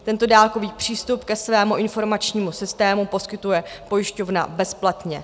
Tento dálkový přístup ke svému informačnímu systému poskytuje pojišťovna bezplatně.